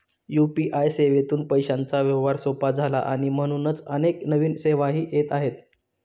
UPI सेवेतून पैशांचा व्यवहार सोपा झाला आणि म्हणूनच अनेक नवीन सेवाही येत आहेत